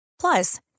Plus